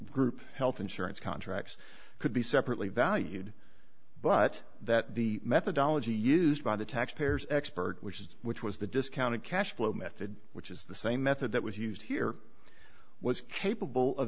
group health insurance contracts could be separately valued but that the methodology used by the tax payers expert which is which was the discounted cash flow method which is the same method that was used here was capable of